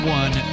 one